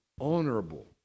honorable